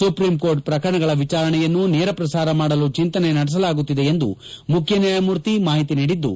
supreme court ಪ್ರಕರಣಗಳ ವಿಚಾರಣೆಯನ್ನು ನೇರ ಪ್ರಸಾರ ಮಾಡಲು ಚಿಂತನೆ ನಡೆಸಲಾಗುತ್ತಿದೆ ಎಂದು ಮುಖ್ಯ ನ್ಯಾಯಮೂರ್ತಿ ಮಾಹಿತಿ ನೀಡಿದ್ದು